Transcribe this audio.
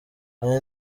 hari